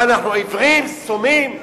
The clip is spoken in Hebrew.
מה, אנחנו עיוורים, סומים?